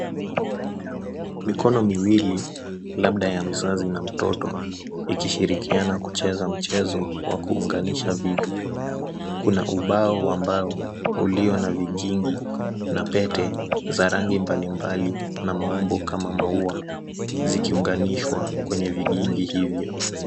Mikono miwili labda ya mzazi na mtoto, ikishirikiana kucheza mchezo wa kuunganisha vitu. Kuna ubao wa mbao, ulio na vikingi na pete za rangi mbalimbali na maumbo kama maua, zikiunganishwa kwenye vikingi hivyo.